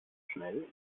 schnell